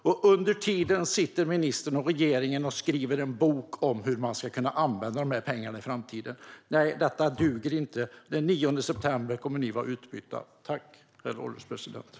Och under tiden sitter ministern och regeringen och skriver en bok om hur man ska kunna använda de här pengarna i framtiden. Nej, detta duger inte. Den 9 september kommer ni att vara utbytta.